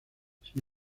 sin